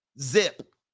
Zip